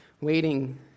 Waiting